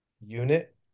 unit